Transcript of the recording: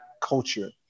culture